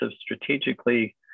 strategically